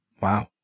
Wow